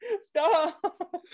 stop